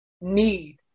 need